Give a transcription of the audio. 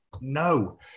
no